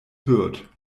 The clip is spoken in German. hürth